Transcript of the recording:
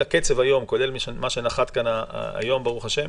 כולל מה שנחת כאן היום ברוך השם,